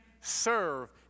serve